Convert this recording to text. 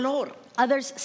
others